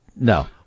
No